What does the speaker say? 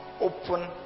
open